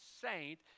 saint